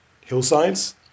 hillsides